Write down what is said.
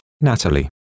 Natalie